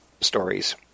stories